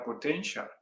potential